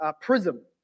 prism